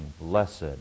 blessed